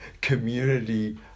community